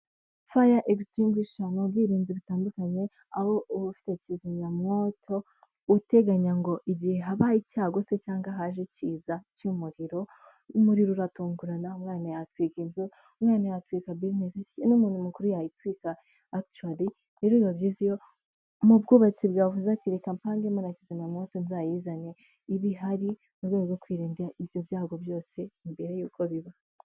firer extu wissin ubwirinzi butandukanye aho uba ufite kizimyamwoto uteganya ngo igihe haba icyago se cyangwa haje ikiza cy'umuriro w'umuriro ruratungurana umwana atwika inzu umwana yatwirika bene n'umuntu mukuru yayitwirika achad iro vision mu bwubatsi bwavuze ati reka mpange murashyize amannte nzayizane ibihari mu rwego rwo kwirinda ibyo byago byose mbere y'uko biba